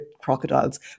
crocodiles